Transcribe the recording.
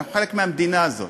אנחנו חלק מהמדינה הזאת.